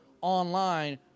online